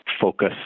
focus